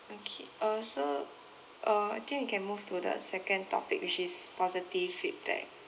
okay uh so uh I think we can move to the second topic which is positive feedback